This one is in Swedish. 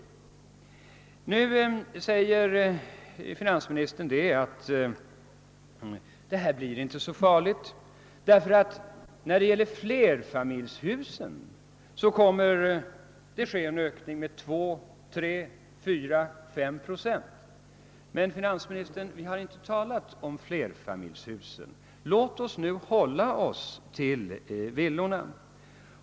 Nu säger finansministern att det blir inte så farligt; ökningen blir för flerfamiljshusen 2, 3, 4 eller '5 procent. Men vi har inte talat om flerfamiljshusen, herr finansminister.